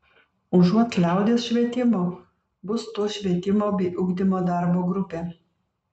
užuot liaudies švietimo bus to švietimo bei ugdymo darbo grupė